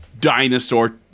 dinosaur